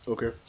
Okay